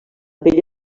pell